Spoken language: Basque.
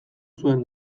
zuen